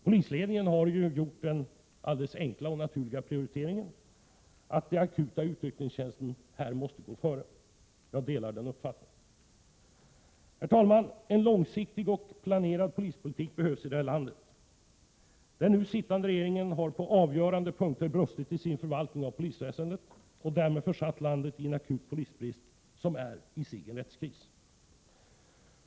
Polisledningen har gjort den enkla och naturliga prioriteringen, nämligen att den akuta utryckningstjänsten måste gå före. Jag delar den uppfattningen. Herr talman! En långsiktig och planerad polispolitik behövs i det här landet. Den nu sittande regeringen har på avgörande punkter brustit i sin förvaltning av polisväsendet och därmed försatt landet i en akut polisbrist som i sig är en rättskris.